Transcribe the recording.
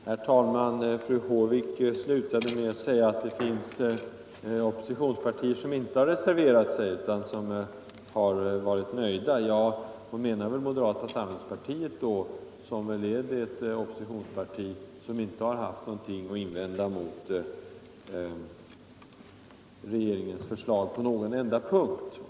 Herr talman! Fru Håvik slutade med att säga att det finns oppositionspartier som inte har reserverat sig utan som har varit nöjda. Hon menar väl då moderata samlingspartiet, som är det oppositionsparti som inte har haft något att invända mot regeringens förslag på någon enda punkt.